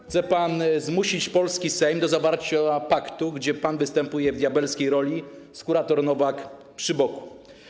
Chce pan zmusić polski Sejm do zawarcia paktu, gdzie pan występuje w diabelskiej roli z kurator Nowak przy boku.